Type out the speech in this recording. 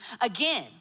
again